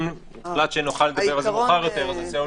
אם